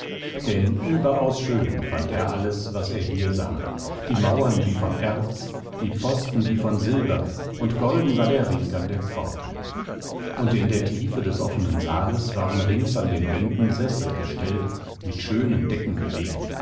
denn überaus schön fand er alles was er hier sah die mauern wie von erz die pfosten wie von silber und golden war der ring an der pforte und in der tiefe des offenen saales waren rings an den wänden sessel gestellt mit schönen decken belegt